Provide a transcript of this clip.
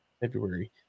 February